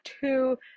two